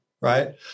right